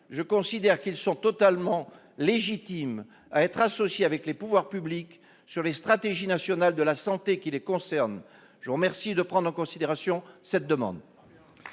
Je considère qu'ils sont donc totalement légitimes à être associés avec les pouvoirs publics sur les stratégies nationales de la santé qui les concernent. Je vous remercie de prendre en considération cette demande.